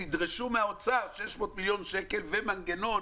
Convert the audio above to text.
תדרשו מהאוצר 600 מיליון שקל ומנגנון